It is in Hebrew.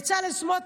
בצלאל סמוטריץ',